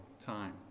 time